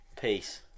peace